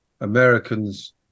Americans